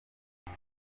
izi